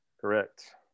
Correct